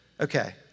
Okay